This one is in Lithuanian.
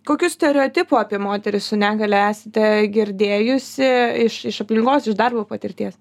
kokių stereotipų apie moteris su negalia esate girdėjusi iš iš aplinkos iš darbo patirties